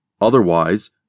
Otherwise